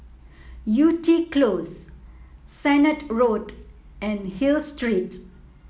Yew Tee Close Sennett Road and Hill Street